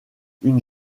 une